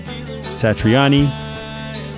Satriani